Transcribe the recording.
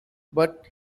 but